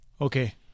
Okay